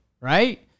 right